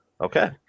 Okay